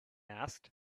asked